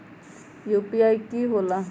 UPI कि होला?